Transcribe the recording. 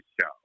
show